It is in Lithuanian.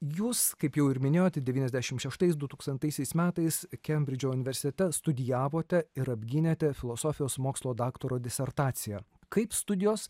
jūs kaip jau ir minėjote devyniasdešimt šeštais dutūkstantaisiais metais kembridžo universitete studijavote ir apgynėte filosofijos mokslo daktaro disertaciją kaip studijos